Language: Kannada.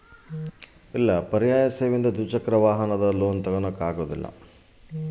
ಪರ್ಯಾಯ ಸೇವೆಯಿಂದ ದ್ವಿಚಕ್ರ ವಾಹನದ ಲೋನ್ ತಗೋಬಹುದಾ?